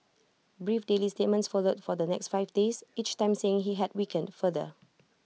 brief daily statements followed for the next five days each time saying he had weakened further